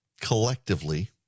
collectively